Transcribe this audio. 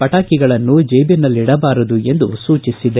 ಪಟಾಕಿಗಳನ್ನು ಜೀಬಿನಲ್ಲಿಡಬಾರದು ಎಂದು ಸೂಚಿಸಿದೆ